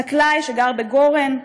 חקלאי, שגר בגורן.